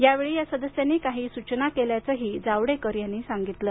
या वेळी या सदस्यांनी काही सूचना केल्याचं जावडेकर यांनी सांगितलं